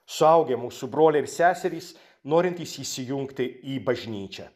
suaugę mūsų broliai ir seserys norintys įsijungti į bažnyčią